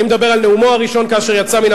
אני מדבר על נאומו הראשון כאשר יצא מן